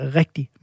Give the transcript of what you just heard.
rigtig